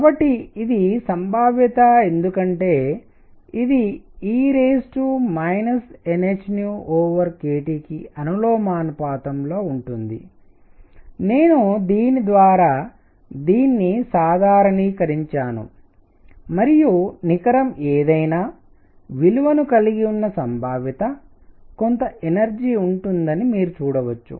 కాబట్టి ఇది సంభావ్యత ఎందుకంటే ఇది e nhkT కి అనులోమానుపాతంలో ఉంటుంది నేను దీని ద్వారా దీన్ని సాధారణీకరించాను మరియు నికరం ఏదైనా విలువను కలిగి ఉన్న సంభావ్యత కొంత ఎనర్జీ ఉంటుందని మీరు చూడవచ్చు